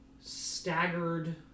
staggered